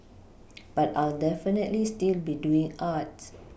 but I'll definitely still be doing art